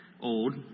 old